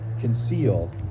conceal